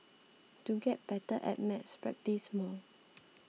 to get better at maths practise more